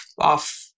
off